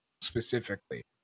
specifically